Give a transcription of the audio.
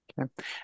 Okay